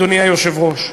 אדוני היושב-ראש,